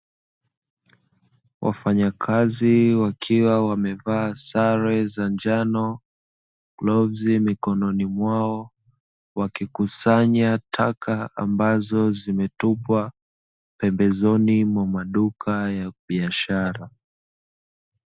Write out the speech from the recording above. Wafanyakazi wakiwa wamevaa sare za njano, glavu mikononi mwao, wakikusanya taka ambazo zimetupwa pembezoni mwa maduka ya biashara.